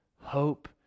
hope